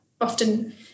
often